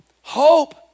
Hope